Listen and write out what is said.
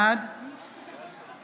בעד